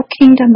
kingdom